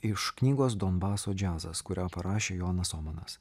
iš knygos donbaso džiazas kurią parašė jonas omanas